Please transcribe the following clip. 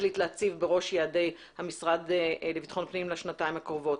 החליט להציב בראש יעדי המשרד לביטחון פנים לשנתיים הקרובות.